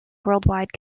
worldwide